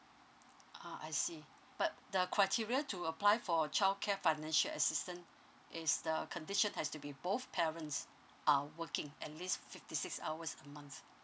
ah I see but the criteria to apply for childcare financial assistant is the condition has to be both parents are working at least fifty six hours a month